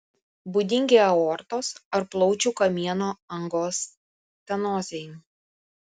būdingi aortos ar plaučių kamieno angos stenozei